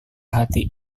hati